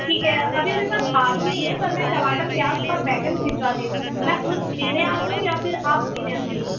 ٹھیک ہے ابھی میرے پاس آلو نہیں ہے پر میں ٹماٹر پیاز اور بیگن بھیجوا دیتی ہوں میں خود دینے آ جاؤں یا پھر آپ لینے آ جائیں گی